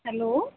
hello